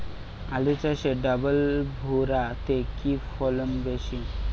আলু চাষে ডবল ভুরা তে কি ফলন বেশি?